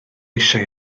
eisiau